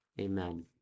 amen